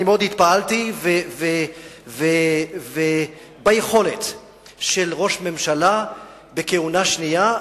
התפעלתי מאוד מהיכולת של ראש ממשלה בכהונה שנייה,